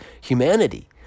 humanity